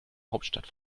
hauptstadt